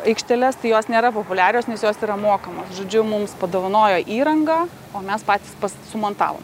aikšteles tai jos nėra populiarios nes jos yra mokamos žodžiu mums padovanojo įrangą o mes patys sumontavom